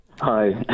Hi